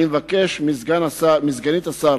אני מבקש מסגנית השר